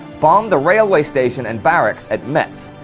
bombed the railway station and barracks at metz.